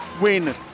win